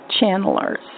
channelers